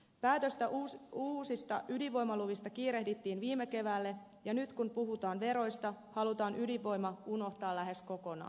päätöstä uusista ydinvoimaluvista kiirehdittiin viime keväälle ja nyt kun puhutaan veroista halutaan ydinvoima unohtaa lähes kokonaan